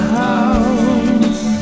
house